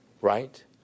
Right